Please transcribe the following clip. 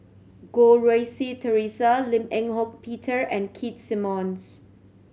Goh Rui Si Theresa Lim Eng Hock Peter and Keith Simmons